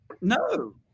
No